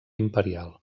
imperial